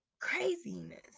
Craziness